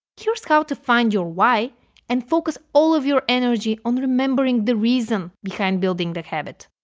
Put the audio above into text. here's how to find your way and focus all of your energy on remembering the reason behind building that habit.